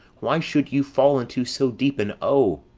why should you fall into so deep an o?